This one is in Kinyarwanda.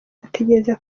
ategereje